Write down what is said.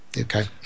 Okay